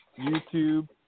YouTube